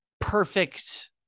perfect